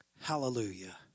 Hallelujah